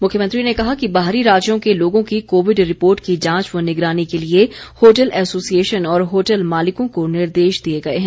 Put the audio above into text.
मुख्यमंत्री ने कहा कि बाहरी राज्यों के लोगों की कोविड रिपोर्ट की जांच व निगरानी के लिए होटल एसोसिएशन और होटल मालिकों को निर्देश दिए गए हैं